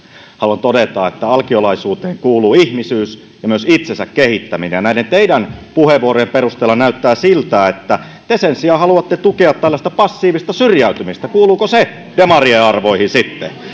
haluan todeta että alkiolaisuuteen kuuluu ihmisyys ja myös itsensä kehittäminen ja näiden teidän puheenvuorojenne perusteella näyttää siltä että te sen sijaan haluatte tukea tällaista passiivista syrjäytymistä kuuluuko se demarien arvoihin sitten